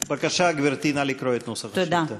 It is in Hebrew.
בבקשה, גברתי, נא לקרוא את נוסח השאילתה.